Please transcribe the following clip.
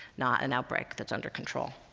not an outbreak that's under control.